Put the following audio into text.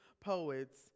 poets